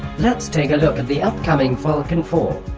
let's take a look at the upcoming falcon four